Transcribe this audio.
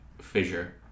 Fissure